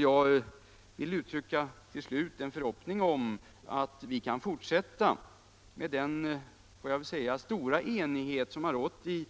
Jag vill uttrycka en förhoppning om att vi kan fortsätta med den stora enighet som har rått i